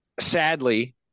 Sadly